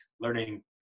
learning